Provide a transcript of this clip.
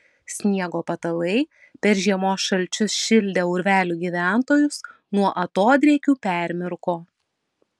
sniego patalai per žiemos šalčius šildę urvelių gyventojus nuo atodrėkių permirko